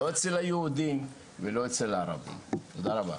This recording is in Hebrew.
לא אצל היהודים ולא אצל הערבים, תודה רבה.